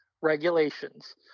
regulations